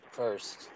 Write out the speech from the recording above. first